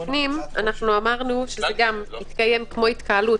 בפנים אנחנו אמרנו שזה יתקיים כמו התקהלות,